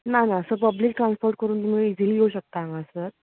ना ना public transport करूंन तुमी इजिली येवूं शकता हांगासर